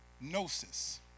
gnosis